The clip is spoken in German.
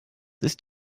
ist